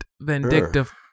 vindictive